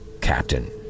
captain